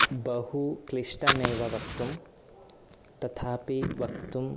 बहु क्लिष्टमेव वक्तुम् तथापि वक्तुं